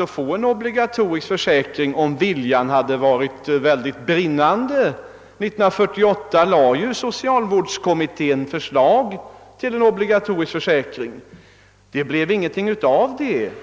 att få en obligatorisk försäkring i vårt land, om viljan hade varit brinnande för en sådan, i samband med att socialvårdskommittén då lade fram ett förslag till en obligatorisk försäkring. Det blev dock ingenting av detta.